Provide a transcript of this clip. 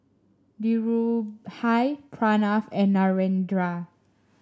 Dhirubhai Pranav and Narendra